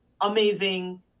amazing